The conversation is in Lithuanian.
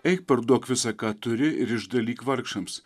eik parduok visa ką turi ir išdalyk vargšams